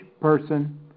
person